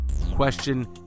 Question